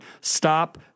stop